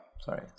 sorry